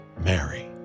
Mary